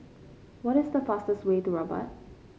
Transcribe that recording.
what is the fastest way to Rabat